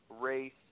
race